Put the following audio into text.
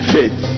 Faith